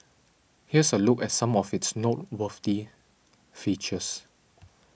here's a look at some of its noteworthy features